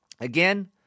again